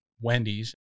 wendy's